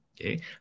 Okay